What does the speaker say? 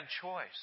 choice